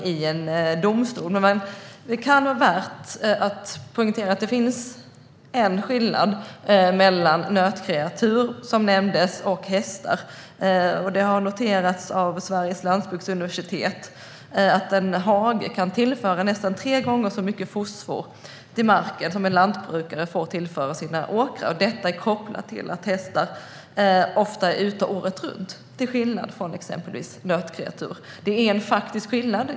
Det kan dock vara värt att poängtera att det finns en skillnad mellan nötkreatur, som nämndes, och hästar, vilket har noterats av Sveriges lantbruksuniversitet. En hage kan tillföra nästan tre gånger så mycket fosfor till marken som en lantbrukare får tillföra sina åkrar. Detta beror på att hästar ofta är ute året runt, till skillnad från exempelvis nötkreatur. Det här är en faktisk skillnad.